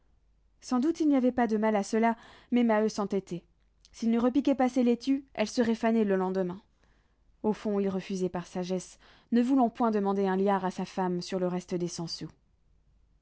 sans doute il n'y avait pas de mal à cela mais maheu s'entêtait s'il ne repiquait pas ses laitues elles seraient fanées le lendemain au fond il refusait par sagesse ne voulant point demander un liard à sa femme sur le reste des